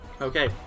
Okay